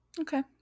Okay